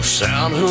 sound